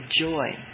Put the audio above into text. joy